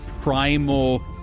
primal